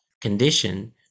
condition